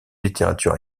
littérature